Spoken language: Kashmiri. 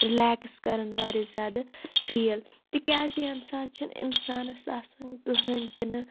رِلیکٕس کران واریاہ زیادٕ فیٖل تِکیٛازِ ییٚمہِ ساتہٕ چھِنہٕ اِنسانَس آسان کَہیٖنۍ تِنہٕ